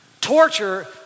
Torture